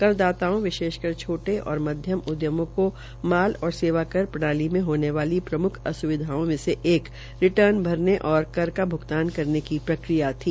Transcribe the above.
करदाताओ विशेषकर छाटे और मध्यम उद्यमों क माल और सेवाकर प्रणाली में हामे वाली प्रमुख असुविधाओं में से एक रिर्टन भरने और कर का भ्रगतान करने की प्रक्रिया थी